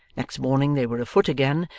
next morning they were afoot again,